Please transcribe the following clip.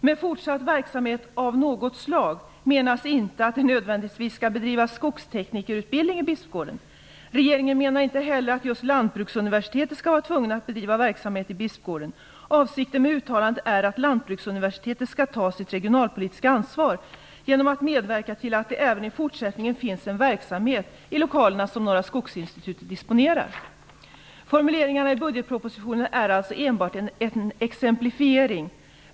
Med fortsatt verksamhet "av något slag" menas inte att det nödvändigtvis skall bedrivas skogsteknikerutbildning i Bispgården. Regeringen menar inte heller att just Lantbruksuniversitetet skall vara tvunget att bedriva verksamhet i Bispgården. Avsikten med uttalandet är att Lantbruksuniversitetet skall ta sitt regionalpolitiska ansvar genom att medverka till att det även i fortsättningen finns en verksamhet i de lokaler som Norra skogsinstitutet disponerar. Formuleringen i budgetpropositionen är alltså enbart en exemplifiering.